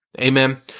Amen